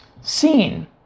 seen